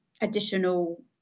additional